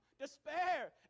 despair